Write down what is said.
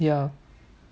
ya